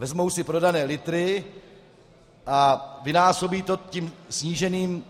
Vezmou si prodané litry a vynásobí to sníženým